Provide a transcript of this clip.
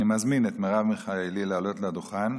אני מזמין את מרב מיכאלי לעלות לדוכן.